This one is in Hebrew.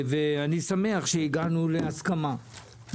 אני שמח שהגענו להסכמה,